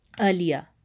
earlier